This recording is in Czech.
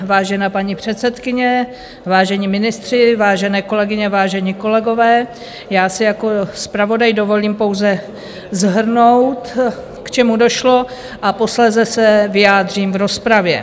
Vážená paní předsedkyně, vážení ministři, vážené kolegyně, vážení kolegové, já si jako zpravodaj dovolím pouze shrnout, k čemu došlo, a posléze se vyjádřím v rozpravě.